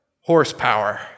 Horsepower